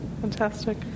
fantastic